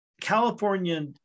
California